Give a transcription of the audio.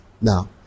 Now